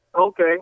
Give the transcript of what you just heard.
Okay